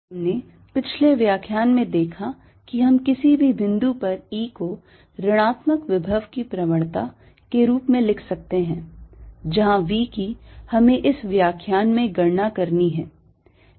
हमने पिछले व्याख्यान में देखा कि हम किसी भी बिन्दु पर E को ऋणात्मक विभव की प्रवणता के रूप में लिख सकते हैं जहां V की हमें इस व्याख्यान में गणना करनी हैं